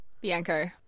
Bianco